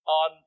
on